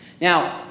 Now